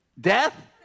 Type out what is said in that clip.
death